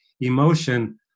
emotion